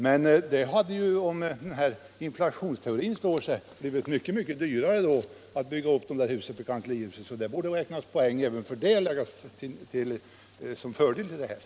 Men om inflationsteorin står sig skulle det ju ha blivit ännu dyrare att bygga upp dessa hus, och detta skulle också kunna räknas som fördel i detta sammanhang.